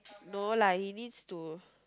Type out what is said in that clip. no lah he needs to